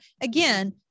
again